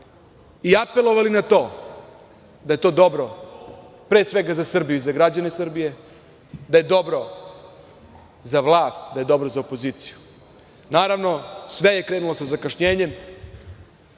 i apelovali na to da je to dobro pre svega za Srbiju i za građane Srbije, da je dobro za vlast, da je dobro za opoziciju. Naravno, sve je krenulo sa zakašnjenjem.